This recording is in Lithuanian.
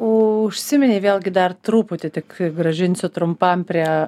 užsiminei vėlgi dar truputį tik grąžinsiu trumpam prie